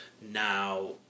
now